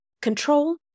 control